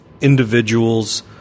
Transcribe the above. individuals